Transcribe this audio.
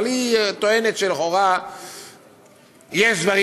אבל היא טוענת שלכאורה יש דברים,